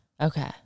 Okay